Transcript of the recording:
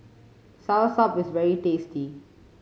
soursop is very tasty